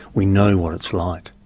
we know what it's like.